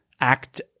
act